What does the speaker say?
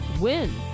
win